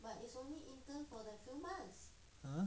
!huh!